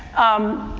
um,